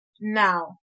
now